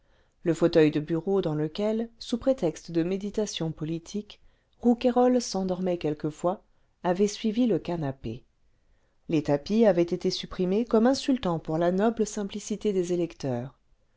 le fauteuil de bureau dans lequel sous prétexte de méditations politiques rouqimyrol s'endormait quelquefois avait suivi le canapé les tapis avaient été supprimés comme insultants pour la noble simplicité des électeurs